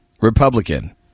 Republican